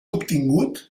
obtingut